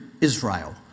Israel